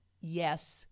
yes